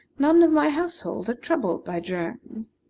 none of my household are troubled by germs.